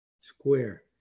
square